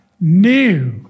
new